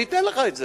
אני אתן לך את זה.